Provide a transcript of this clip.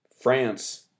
France